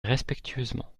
respectueusement